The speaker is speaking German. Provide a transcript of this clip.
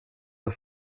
der